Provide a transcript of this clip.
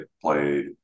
played